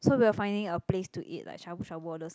so we were finding a place to eat like Shabu-Shabu all those